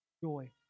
Joy